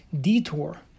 detour